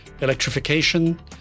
electrification